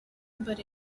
but